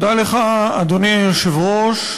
תודה לך, אדוני היושב-ראש.